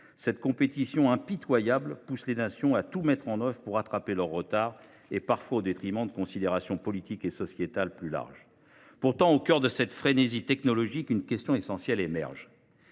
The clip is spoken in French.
Cette compétition impitoyable pousse les États à tout mettre en œuvre pour rattraper leur retard, parfois au détriment de considérations politiques et sociétales plus larges. Mes chers collègues, au cœur de cette frénésie technologique, une question essentielle émerge